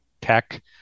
tech